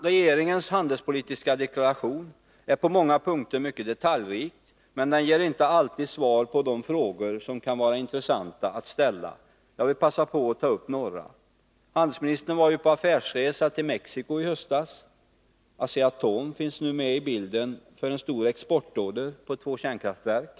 Regeringens handelspolitiska deklaration är på många punkter mycket detaljrik, men den ger inte alltid svar på de frågor som kan vara intressanta att ställa. Jag vill begagna tillfället att ställa några sådana. Handelsministern var ju på affärsresa till Mexiko i höstas. Asea-Atom finns nu med i bilden för en stor exportorder på två kärnkraftverk.